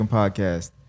podcast